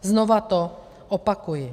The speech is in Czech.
Znovu to opakuji.